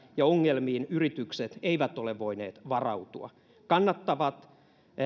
ja ongelmiin yritykset eivät ole voineet varautua kannattavat